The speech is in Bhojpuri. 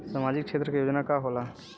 सामाजिक क्षेत्र योजना का होला?